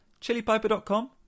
chilipiper.com